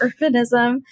urbanism